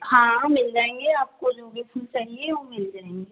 हाँ मिल जाएँगे आपको जो भी फूल चाहिए वो मिल जाएँगे